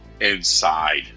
inside